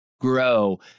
grow